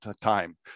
time